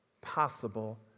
possible